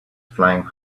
flying